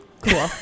Cool